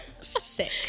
Sick